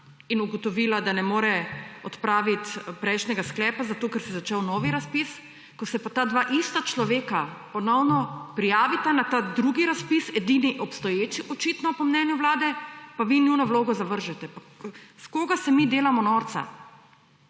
in ugotovila, da ne more odpraviti prejšnjega sklepa, zato ker se je začel novi razpis, ko se pa ta dva ista človeka ponovno prijavita na ta drugi razpis, očitno edini obstoječi po mnenju Vlade, pa vi njuno vlogo zavržete. Iz koga se mi delamo norca?!